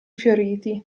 fioriti